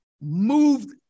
moved